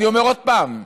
אני אומר עוד פעם,